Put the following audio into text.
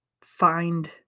find